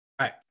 Right